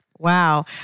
Wow